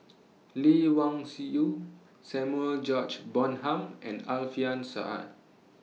Lee Wung Yew Samuel George Bonham and Alfian Sa'at